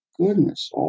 goodness